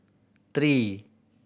three